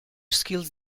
skills